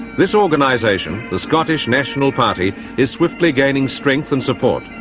this organisation, the scottish national party, is swiftly gaining strength and support.